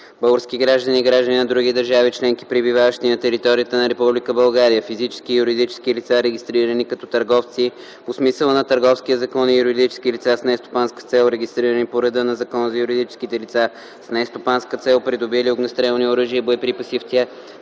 Български граждани, граждани на други държави членки, пребиваващи на територията на Република България, физически и юридически лица, регистрирани като търговци по смисъла на Търговския закон и юридически лица с нестопанска цел, регистрирани по реда на Закона за юридическите лица с нестопанска цел, придобили огнестрелни оръжия и боеприпаси за тях